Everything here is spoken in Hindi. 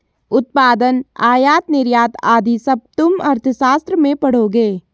उत्पादन, आयात निर्यात आदि सब तुम अर्थशास्त्र में पढ़ोगे